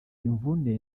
imvune